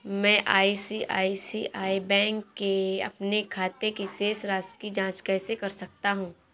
मैं ICICI bank के अपने खाते की शेष राशि की जाँच कैसे कर सकता हूँ?